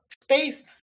Space